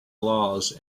laws